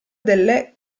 delle